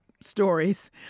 stories